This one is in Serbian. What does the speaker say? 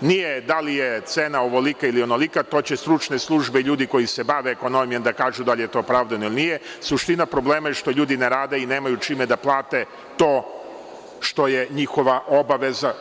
nije da li je cena ovolika ili onolika, to će stručne službe, ljudi koji se bave ekonomijom, da kažu da li je to opravdano ili nije, suština problema je što ljudi ne rade i nemaju čime da plate to što je njihova obaveza.